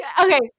okay